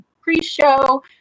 pre-show